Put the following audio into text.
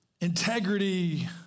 Integrity